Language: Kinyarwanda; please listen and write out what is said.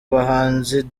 bahanzi